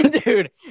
Dude